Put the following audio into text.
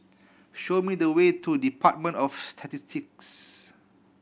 show me the way to Department of Statistics